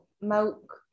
milk